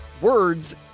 words